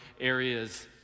areas